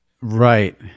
Right